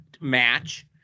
match